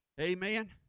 Amen